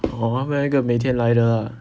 哦他们要一个每天来的